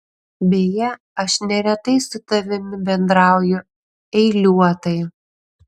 beje aš neretai su tavimi bendrauju eiliuotai